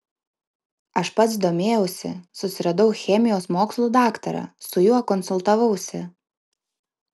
aš pats domėjausi susiradau chemijos mokslų daktarą su juo konsultavausi